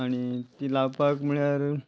आनी ती लावपाक म्हणल्यार